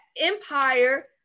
empire